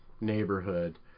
neighborhood